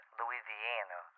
louisiana